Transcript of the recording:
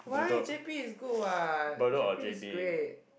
why J_B is good [what] J_B is great